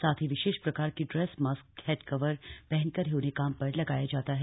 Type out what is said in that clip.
साथ ही विशेष प्रकार की ड्रेस मास्क हेड कवर पहनकर ही उन्हें काम पर लगाया जाता है